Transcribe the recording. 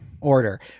Order